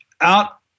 out